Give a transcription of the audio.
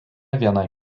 viena